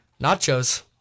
Nachos